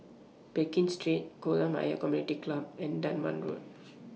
Pekin Street Kolam Ayer Community Club and Dunman Road